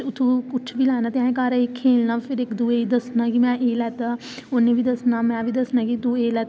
और फिर उनें उठाया बगैरा स्प्रै बगेरा कीती और अस उद्धर